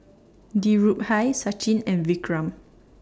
Dhirubhai Sachin and Vikram